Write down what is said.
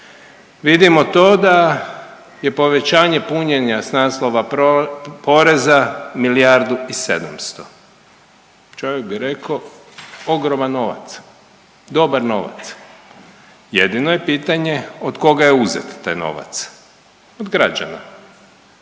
vidimo to da je povećanje punjenja s naslova poreza milijardu i 700. Čovjek bi reko ogroman novac, dobar novac jedino je pitanje od koga je uzet taj novac? Od građana.